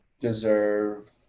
deserve